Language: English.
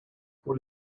what